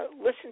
listen